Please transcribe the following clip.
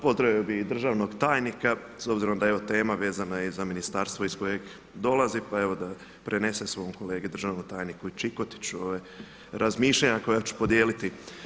Pozdravio bih i državnog tajnika s obzirom da je evo tema vezana i za ministarstvo iz kojeg dolazi, pa evo da prenese svom kolegi državnom tajniku Čikotiću razmišljanja koja ću podijeliti.